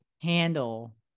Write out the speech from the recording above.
handle